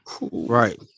Right